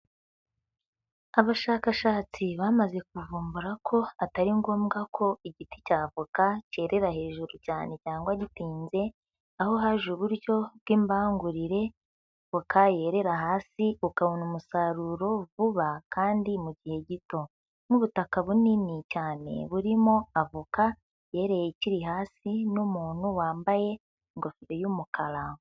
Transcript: Abashakashatsi bamaze kuvumbura ko atari ngombwa ko igiti cy'avoka cyerera hejuru cyane cyangwa gitinze, aho haje uburyo bw'imbangurire voka yerera hasi ukabona umusaruro vuba kandi mu gihe gito nk'ubutaka bunini cyane burimo avoka yereye ikiri hasi n'umuntu wambaye ingofero y'umukara.